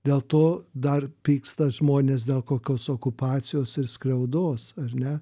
dėl to dar pyksta žmonės dėl kokios okupacijos ir skriaudos ar ne